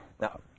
Now